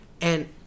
and-